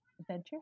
adventure